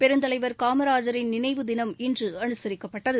பெருந்தலைவர் காமராஜரின் நினைவு தினம் இன்று அனுசரிக்கப்பட்டது